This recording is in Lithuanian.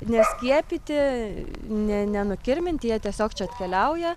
neskiepyti ne nenukirminti jie tiesiog čia atkeliauja